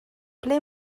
ble